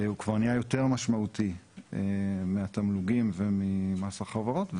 כבר נהיה יותר משמעותי מהתמלוגים וממס החברות,